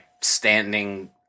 standing